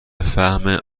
فهم